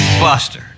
Buster